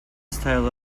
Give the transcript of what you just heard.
style